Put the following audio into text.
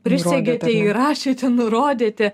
prisegėte įrašėte nurodėte